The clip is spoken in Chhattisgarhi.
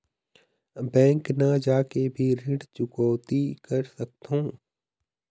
बैंक न जाके भी ऋण चुकैती कर सकथों?